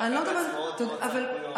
לקח לעצמו עוד ועוד סמכויות,